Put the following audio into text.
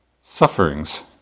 sufferings